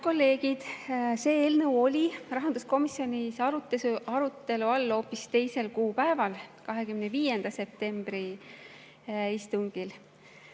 See eelnõu oli rahanduskomisjonis arutelu all hoopis teisel kuupäeval, 25. septembri istungil.